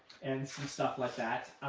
and some stuff like that.